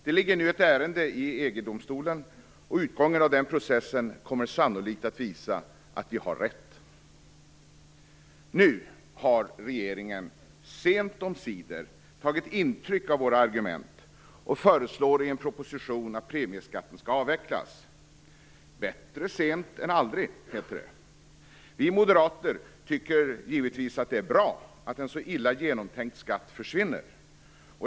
Det ligger nu ett ärende i EG-domstolen, och utgången av den processen kommer sannolikt att visa att vi har rätt. Nu har regeringen sent omsider tagit intryck av våra argument och föreslår i en proposition att premieskatten skall avvecklas. Bättre sent än aldrig, heter det. Vi moderater tycker givetvis att det är bra att en så illa genomtänkt skatt försvinner.